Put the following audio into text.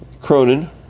Cronin